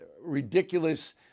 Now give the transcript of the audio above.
ridiculous